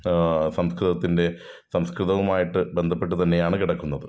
സംസ്കൃതത്തിൻ്റെ സംസ്കൃതവുമായിട്ട് ബന്ധപ്പെട്ട് തന്നെയാണ് കിടക്കുന്നത്